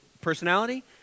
personality